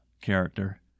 character